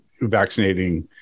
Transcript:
vaccinating